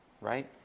right